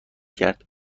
کرد